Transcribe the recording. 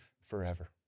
forever